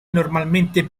normalmente